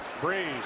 Breeze